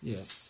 Yes